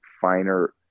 finer